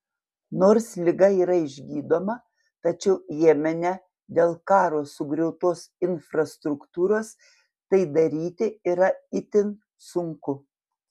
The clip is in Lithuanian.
nors liga yra išgydoma tačiau jemene dėl karo sugriautos infrastruktūros tai daryti yra itin sunku